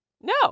No